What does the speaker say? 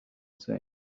same